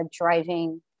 driving